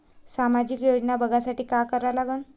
सामाजिक योजना बघासाठी का करा लागन?